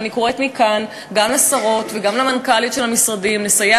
ואני קוראת מכאן לשרות וגם למנכ"ליות של המשרדים לסייע